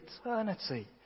eternity